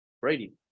Brady